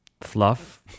fluff